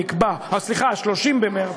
שנקבע, סליחה, 30 במרס.